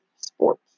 sports